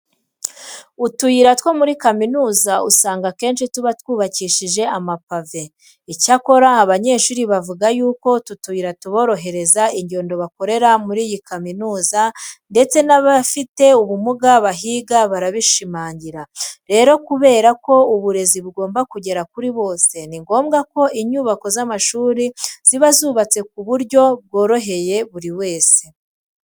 Utuyira two muri kaminuza usanga akenshi tuba twubakishije amapave. Icyakora abanyeshuri bavuga yuko utu tuyira tuborohereza ingendo bakorera muri iyi kaminuza ndetse n'abafite ubumuga bahiga barabishimangira. Rero kubera ko uburezi bugomba kugera kuri bose, ni ngombwa ko inyubako z'amashuri ziba zubatse ku buryo bworoheye buri wese.